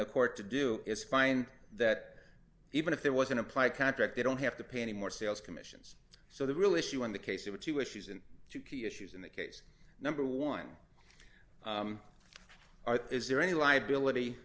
the court to do is find that even if there was an implied contract they don't have to pay any more sales commissions so the real issue in the case of the two issues and two key issues in the case number one are is there any liability